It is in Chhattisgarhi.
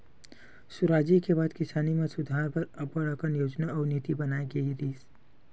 सुराजी के बाद किसानी म सुधार बर अब्बड़ कन योजना अउ नीति बनाए गिस हे